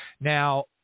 Now